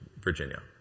Virginia